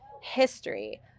history